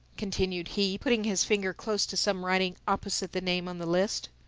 continued he, putting his finger close to some writing opposite the name on the list,